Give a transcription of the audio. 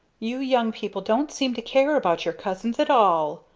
you young people don't seem to care about your cousins at all!